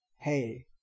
hey